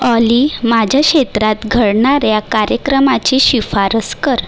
ऑली माझ्या क्षेत्रात घडणाऱ्या कार्यक्रमाची शिफारस कर